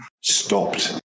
stopped